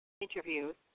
interviews